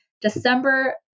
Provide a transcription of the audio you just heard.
December